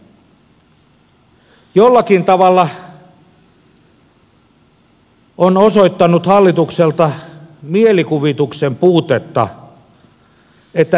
jollakin tavalla on osoittanut hallitukselta mielikuvituksen puutetta että näin vain mekaanisesti leikataan